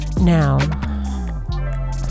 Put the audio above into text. Now